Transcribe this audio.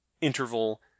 interval